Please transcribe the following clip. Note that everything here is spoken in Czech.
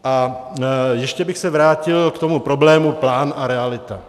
A ještě bych se vrátil k tomu problému plán a realita.